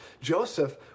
Joseph